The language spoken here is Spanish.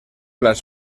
las